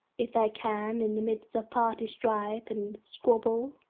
if they can in the midst of party strife and squabble,